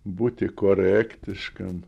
būti korektiškam